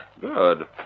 Good